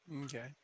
Okay